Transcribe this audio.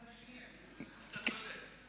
אתה צודק.